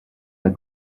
der